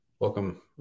Welcome